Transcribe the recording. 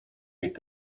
mit